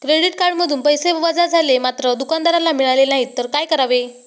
Credit कार्डमधून पैसे वजा झाले मात्र दुकानदाराला मिळाले नाहीत तर काय करावे?